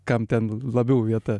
kam ten labiau vieta